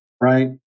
right